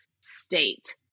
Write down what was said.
state